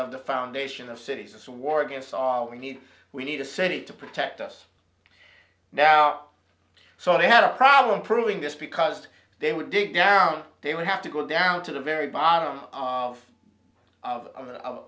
of the foundation of cities and so war against all we need we need a city to protect us now so they had a problem proving this because they would dig down they would have to go down to the very bottom of of